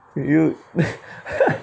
you you